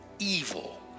evil